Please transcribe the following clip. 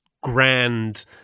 grand